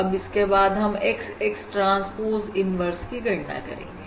अब इसके बाद हम X X ट्रांसपोज इन्वर्स की गणना करेंगे